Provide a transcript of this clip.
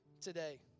today